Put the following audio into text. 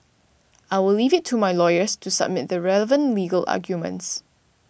I will leave it to my lawyers to submit the relevant legal arguments